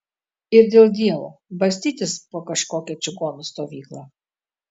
ir dėl dievo bastytis po kažkokią čigonų stovyklą